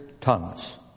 tongues